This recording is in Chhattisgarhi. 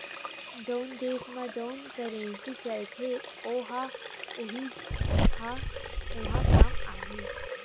जउन देस म जउन करेंसी चलथे ओ ह उहीं ह उहाँ काम आही